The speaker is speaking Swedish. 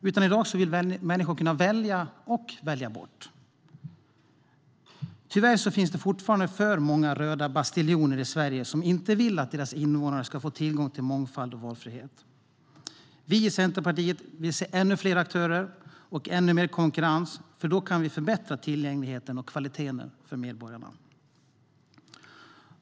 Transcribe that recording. I dag vill människor kunna välja och välja bort. Tyvärr finns det fortfarande för många röda bastioner i Sverige som inte vill att deras invånare ska få tillgång till mångfald och valfrihet. Vi i Centerpartiet vill se ännu fler aktörer och ännu mer konkurrens. Då kan vi förbättra tillgängligheten och kvaliteten.